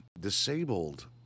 disabled